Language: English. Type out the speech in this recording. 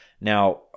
Now